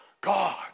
God